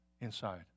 inside